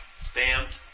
stamped